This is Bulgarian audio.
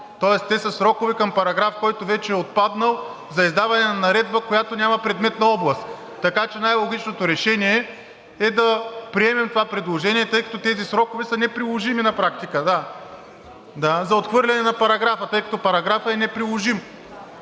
Тоест те са срокове към параграф, който вече е отпаднал, за издаване на наредба, която няма предметна област. Така че най-логичното решение е да приемем това предложение, тъй като тези срокове са неприложими на практика, за отхвърляне на параграфа. Тъй като параграфът е неприложим.